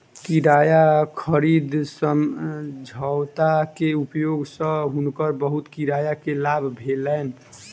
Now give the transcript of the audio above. किराया खरीद समझौता के उपयोग सँ हुनका बहुत किराया के लाभ भेलैन